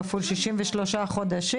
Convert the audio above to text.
כפול 63 חודשים.